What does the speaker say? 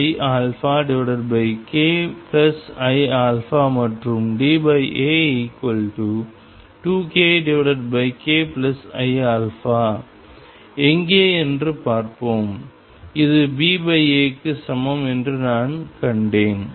k iαkiα மற்றும் DA2kkiα எங்கே என்று பார்ப்போம் இது BA க்கு சமம் என்று நான் கண்டேன்